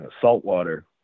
saltwater